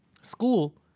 School